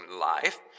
life